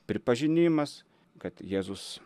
pripažinimas kad jėzus